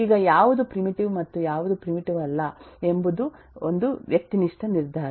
ಈಗ ಯಾವುದು ಪ್ರಿಮಿಟಿವ್ ಮತ್ತು ಯಾವುದು ಪ್ರಿಮಿಟಿವ್ ಅಲ್ಲ ಎಂಬುದು ಒಂದು ವ್ಯಕ್ತಿನಿಷ್ಠ ನಿರ್ಧಾರ